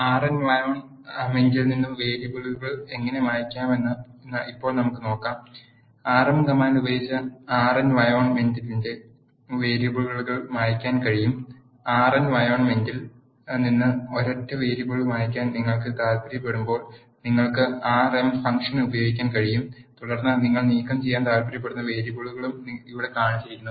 R എൻ വയോൺ മെൻറിൽ നിന്നും വേരിയബിളുകൾ എങ്ങനെ മായ് ക്കാമെന്ന് ഇപ്പോൾ നമുക്ക് നോക്കാം ആർ എം കമാൻഡ് ഉപയോഗിച്ച് ആർ എൻ വയോൺ മെൻറിലെ വേരിയബിളുകൾ മായ് ക്കാൻ കഴിയും ആർ എൻ വയോൺ മെൻറിൽ നിന്നും ഒരൊറ്റ വേരിയബിൾ മായ് ക്കാൻ നിങ്ങൾ താൽ പ്പര്യപ്പെടുമ്പോൾ നിങ്ങൾ ക്ക് ആർ എം ഫംഗ്ഷൻ ഉപയോഗിക്കാൻ കഴിയും തുടർന്ന് നിങ്ങൾ നീക്കംചെയ്യാൻ താൽ പ്പര്യപ്പെടുന്ന വേരിയബിളും ഇവിടെ കാണിച്ചിരിക്കുന്നു